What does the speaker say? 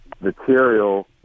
material